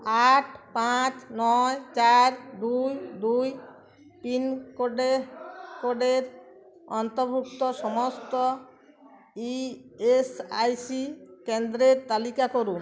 আট পাঁচ নয় চার দুই দুই পিনকোডের কোডের অন্তর্ভুক্ত সমস্ত ইএসআইসি কেন্দ্রের তালিকা করুন